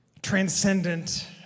transcendent